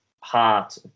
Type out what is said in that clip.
heart